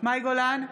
מאי גולן,